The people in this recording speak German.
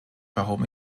warum